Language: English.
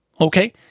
okay